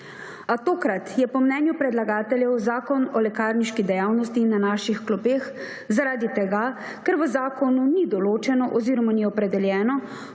A tokrat je po mnenju predlagateljev Zakon o lekarniški dejavnosti na naših klopeh zaradi tega, ker v zakonu ni določeno oziroma ni opredeljeno,